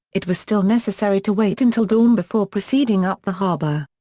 it was still necessary to wait until dawn before proceeding up the harbour.